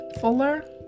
fuller